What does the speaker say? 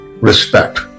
respect